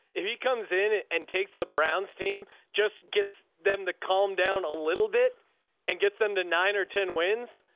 if he comes in and takes the brown's team, just gets them to calm down a little bit and gets them to nine or ten wins.